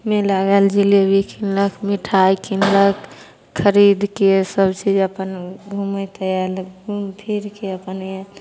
मेला गेल जिलेबी किनलक मिठाइ किनलक खरिदके सबचीज अपन घुमैत आएल घुमिफिरिके अपन आएल